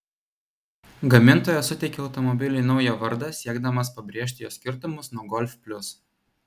gamintojas suteikė automobiliui naują vardą siekdamas pabrėžti jo skirtumus nuo golf plius